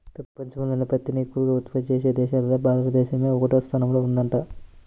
పెపంచంలోనే పత్తిని ఎక్కవగా ఉత్పత్తి చేసే దేశాల్లో భారతదేశమే ఒకటవ స్థానంలో ఉందంట